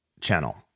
channel